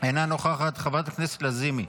אינו נוכח, חברת הכנסת וולדיגר,